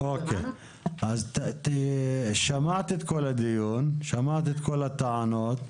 שמעת את הדיון ואת הטענות,